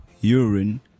urine